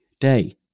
day